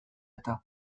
eta